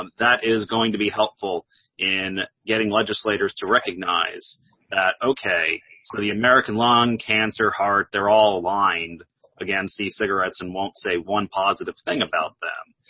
um that is going to be helpful in getting legislators to recognize that, okay, so the american lung cancer, heart, they're all aligned against e-cigarettes and won't say one positive thing about them.